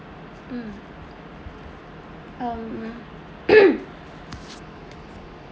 mm um